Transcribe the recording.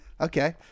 Okay